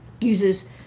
uses